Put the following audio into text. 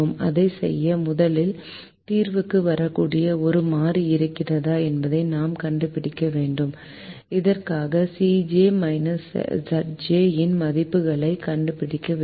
அதைச் செய்ய முதலில் தீர்வுக்கு வரக்கூடிய ஒரு மாறி இருக்கிறதா என்பதை நாம் கண்டுபிடிக்க வேண்டும் இதற்காக Cj Zj இன் மதிப்புகளைக் கண்டுபிடிக்க வேண்டும்